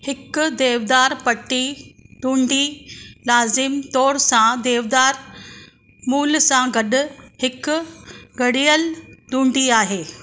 हिकु देवदार पटी डूंडी लाज़िम तौर सां देवदार मूल सां गॾु हिकु गड़ियल डूंडी आहे